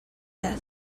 dead